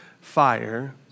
fire